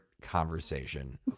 conversation